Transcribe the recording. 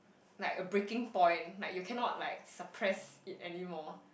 like a breaking point like you cannot like suppress it anymore